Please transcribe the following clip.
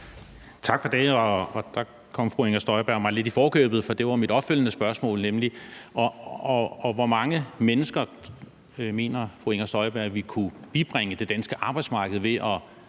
Tak for det, og der kom fru Inger Støjberg mig lidt i forkøbet, for det var mit opfølgende spørgsmål, nemlig: Hvor mange mennesker mener fru Inger Støjberg vi kunne bibringe det danske arbejdsmarked ved at